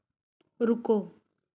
ਰੁਕੋ